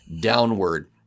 downward